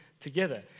together